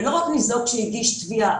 ולא רק "ניזוק שהגיש תביעה",